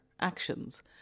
actions